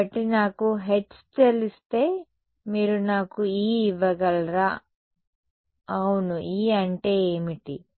కాబట్టి నాకు H తెలిస్తే మీరు నాకు E ఇవ్వగలరా అవును E అంటే ఏమిటి